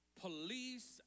police